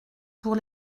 pour